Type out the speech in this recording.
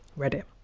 reddit.